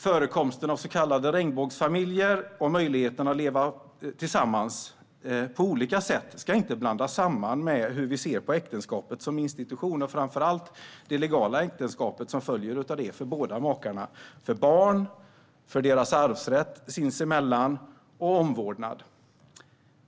Förekomsten av så kallade regnbågsfamiljer och möjligheten att leva tillsammans på olika sätt ska inte blandas samman med hur vi ser på äktenskapet som institution och framför allt det legala ansvar som följer av det för båda makarna: för barn, för deras arvsrätt sinsemellan och för omvårdnad.